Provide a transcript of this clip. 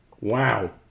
Wow